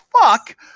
fuck